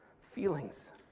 feelings